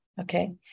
okay